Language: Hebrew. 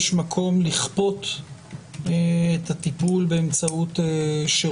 מקום לכפות את הטיפול באמצעות שירות המבחן.